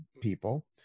people